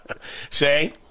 Say